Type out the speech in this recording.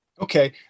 Okay